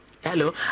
Hello